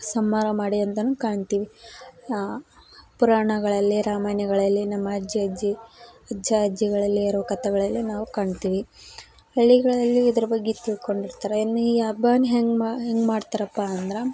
ಸಂಹಾರ ಮಾಡಿ ಅಂತಲೂ ಕಾಣ್ತೀವಿ ಪುರಾಣಗಳಲ್ಲಿ ರಾಮಾಯಣಗಳಲ್ಲಿ ನಮ್ಮ ಅಜ್ಜ ಅಜ್ಜಿ ಅಜ್ಜ ಅಜ್ಜಿಗಳಲ್ಲಿರೋ ಕಥೆಗಳಲ್ಲಿ ನಾವು ಕಾಣ್ತೀವಿ ಹಳ್ಳಿಗಳಲ್ಲಿ ಇದ್ರ ಬಗ್ಗೆ ತಿಳ್ಕೊಂಡಿರ್ತಾರೆ ಇನ್ನು ಈ ಹಬ್ಬವನ್ನ ಹೆಂಗೆ ಮಾ ಹೆಂಗೆ ಮಾಡ್ತಾರಪ್ಪ ಅಂದ್ರೆ